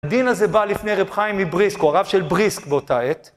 הדין הזה בא לפני רב חיים מבריסק, הוא הרב של בריסק באותה עת.